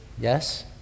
yes